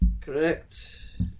Correct